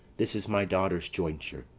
this is my daughter's jointure,